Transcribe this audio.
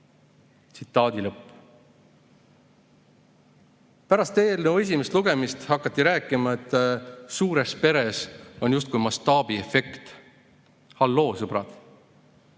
vasika." Pärast eelnõu esimest lugemist hakati rääkima, et suures peres on justkui mastaabiefekt. Halloo, sõbrad!